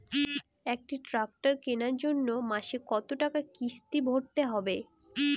একটি ট্র্যাক্টর কেনার জন্য মাসে কত টাকা কিস্তি ভরতে হবে?